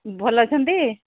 ଭଲ ଅଛନ୍ତି